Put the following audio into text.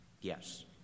Yes